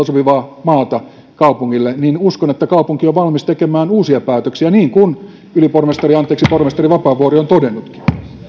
sopivaa maata kaupungille niin uskon että kaupunki on valmis tekemään uusia päätöksiä niin kuin pormestari vapaavuori on todennutkin